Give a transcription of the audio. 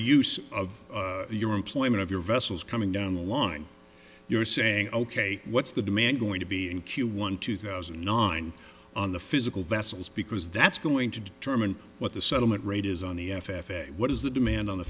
use of your employment of your vessels coming down the line you're saying ok what's the demand going to be in q one two thousand and nine on the physical vessels because that's going to determine what the settlement rate is on the f f a what is the demand on the